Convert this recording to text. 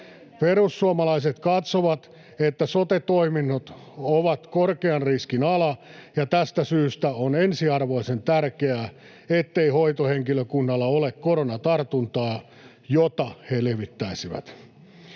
Perussuomalaiset katsovat, että sote-toiminnot ovat korkean riskin ala ja että tästä syystä on ensiarvoisen tärkeää, ettei hoitohenkilökunnalla ole koronatartuntaa, jota he levittäisivät.